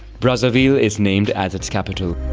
brazzaville is named as its capital.